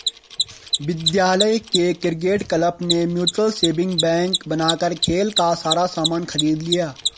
विद्यालय के cricket club ने म्यूचल सेविंग बैंक बनाकर खेल का सारा सामान खरीद लिया